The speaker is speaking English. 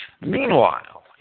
Meanwhile